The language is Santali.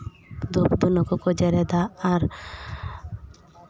ᱫᱷᱩᱯ ᱫᱷᱩᱱᱟᱹ ᱠᱚᱠᱚ ᱡᱮᱨᱮᱫᱟ ᱟᱨ